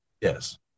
Yes